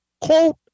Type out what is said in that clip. quote